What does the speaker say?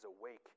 awake